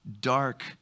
dark